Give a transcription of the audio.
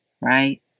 Right